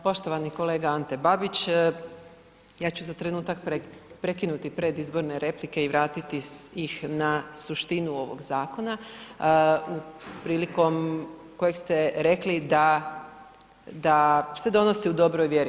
Poštovani kolega Ante Babić, ja ću za trenutak prekinuti predizborne replike i vratiti ih na suštinu ovog zakona, prilikom kojeg ste rekli da se donosi u dobroj vjeri.